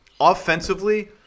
offensively